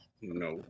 no